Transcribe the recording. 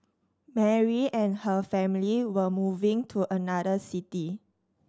Mary and her family were moving to another city